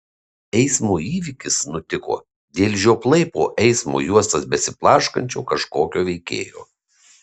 eismo įvykis nutiko dėl žioplai po eismo juostas besiblaškančio kažkokio veikėjo